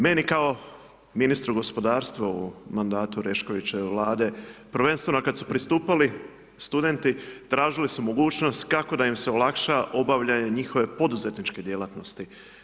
Meni kao ministru gospodarstva u mandatu Oreškovićeve vlade prvenstveno kada su pristupali studenti tražili su mogućnost kako da im se olakša obavljanje njihove poduzetničke djelatnosti.